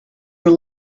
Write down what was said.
were